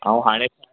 ऐं हाणे